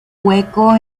hueco